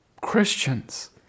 Christians